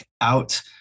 out